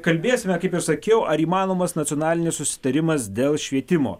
kalbėsime kaip ir sakiau ar įmanomas nacionalinis susitarimas dėl švietimo